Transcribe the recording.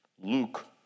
Luke